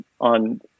on